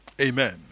Amen